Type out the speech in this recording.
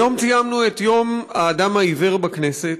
היום ציינו את יום האדם העיוור בכנסת,